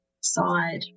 side